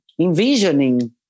envisioning